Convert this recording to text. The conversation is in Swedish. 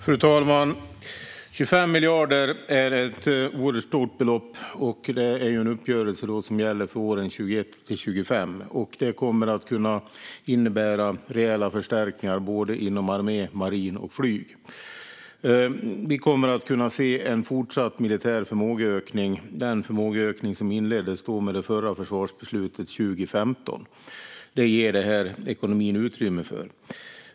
Fru talman! 25 miljarder är ett oerhört stort belopp, och detta är en uppgörelse som gäller för åren 2021-2025. Det kommer att kunna innebära rejäla förstärkningar inom både armé, marin och flyg. Vi kommer att kunna se en fortsatt militär förmågeökning - den förmågeökning som inleddes med det förra försvarsbeslutet 2015. Det ger den här ekonomin utrymme för.